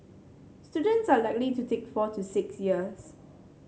students are likely to take four to six years